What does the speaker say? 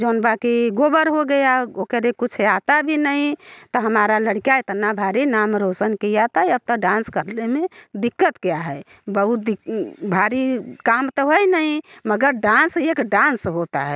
जौन बा कि गोबर हो गया ओकरे कुछ आता भी नहीं तो हमारा लड़का इतना भारी नाम रोशन किया ता अब तो डांस करने में दिक्कत क्या है बहुत भारी काम तो है नहीं मगर डांस एक डांस होता है